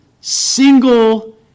single